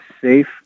safe